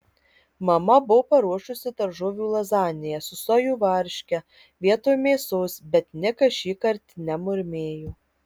mama buvo paruošusi daržovių lazaniją su sojų varške vietoj mėsos bet nikas šįkart nemurmėjo